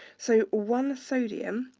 so one sodium,